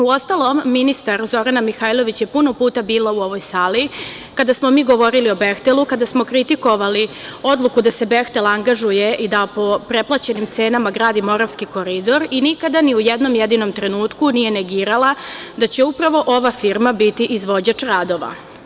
Uostalom, ministar Zorana Mihajlović je puno puta bila u ovoj sali kada smo mi govorili o „Behtelu“, kada smo kritikovali odluku da se „Behtel“ angažuje da po preplaćenim cenama gradi Moravski koridor i nikada ni u jednom jedinom trenutku nije negirala da će upravo ova firma biti izvođač radova.